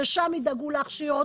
שם ידאגו להכשיר אותו.